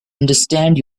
understand